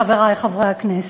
חברי חברי הכנסת?